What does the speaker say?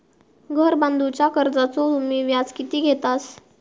घर बांधूच्या कर्जाचो तुम्ही व्याज किती घेतास?